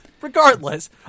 regardless